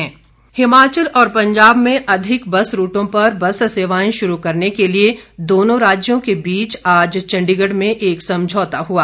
समझौता ज्ञापन हिमाचल और पंजाब में अधिक बस रूटों पर बस सेवाएं शुरू करने के लिए दोनों राज्यों की बीच आज चंडीगढ़ में एक समझौता हुआ